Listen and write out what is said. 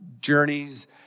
journeys